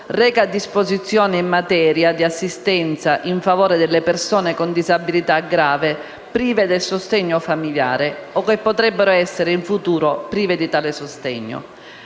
reca disposizioni in materia di assistenza in favore delle persone con disabilità grave prive del sostegno familiare o che potrebbero essere in futuro prive di tale sostegno.